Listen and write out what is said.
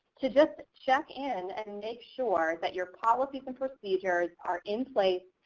to just check in and make sure that your policies and procedures are in place,